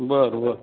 बरं बरं